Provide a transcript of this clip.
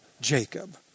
Jacob